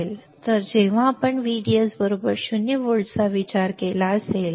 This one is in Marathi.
तर जेव्हा आपण VDS 0 व्होल्टचा विचार केला असेल